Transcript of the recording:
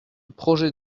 projet